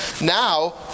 now